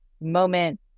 moment